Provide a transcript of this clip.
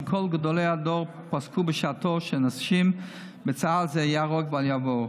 כל גדולי הדור פסקו בשעתו שנשים בצה"ל זה ייהרג ובל יעבור.